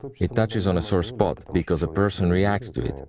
it touches on a sore spot, because a person reacts to it.